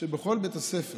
שבכל בית ספר